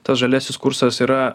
tas žaliasis kursas yra